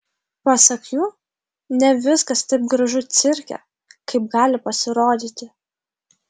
pasak jų ne viskas taip gražu cirke kaip gali pasirodyti